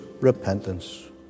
repentance